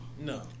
No